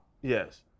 Yes